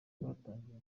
twatangiye